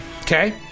Okay